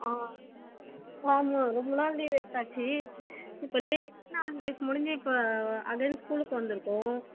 ஆ ஆமாம் ரொம்ப நாள் லீவ் எடுத்தாச்சு இப்போ லீவ் ஹாலிடேஸ் முடிஞ்சு இப்போ அகைன் ஸ்கூலுக்கு வந்திருக்கோம்